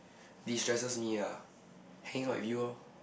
destresses me ah hang out with you orh